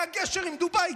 היה גשר עם דובאי,